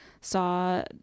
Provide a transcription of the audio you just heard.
saw